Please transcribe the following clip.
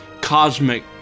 cosmic